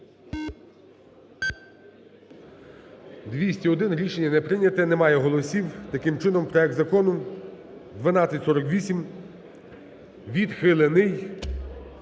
За-201 Рішення не прийнято. Немає голосів. Таким чином проект закону 1248 відхилений.